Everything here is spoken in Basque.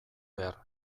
behar